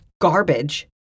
garbage